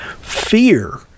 fear